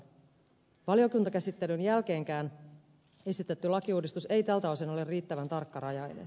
valiokuntakäsittelyn jälkeenkään esitetty lakiuudistus ei tältä osin ole riittävän tarkkarajainen